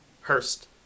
Hurst